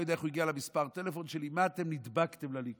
אני לא יודע איך הוא הגיע למספר הטלפון שלי: מה אתם נדבקתם לליכוד?